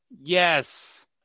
Yes